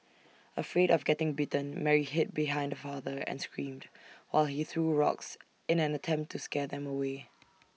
afraid of getting bitten Mary hid behind her father and screamed while he threw rocks in an attempt to scare them away